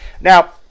Now